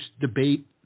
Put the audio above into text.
debate